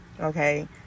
Okay